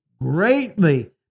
greatly